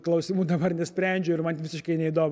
klausimų dabar nesprendžiu ir man visiškai neįdomu